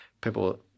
people